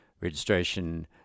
registration